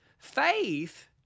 Faith